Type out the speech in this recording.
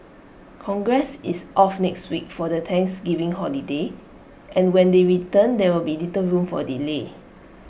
congress is off next week for the Thanksgiving holiday and when they return there will be little room for delay